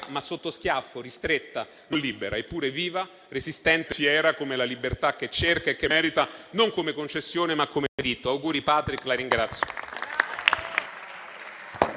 ma sotto schiaffo, ristretta, non libera, eppure viva, resistente, fiera, come la libertà che cerca e che merita, non come concessione, ma come diritto. Auguri Patrick!